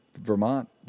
Vermont